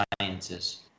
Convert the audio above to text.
sciences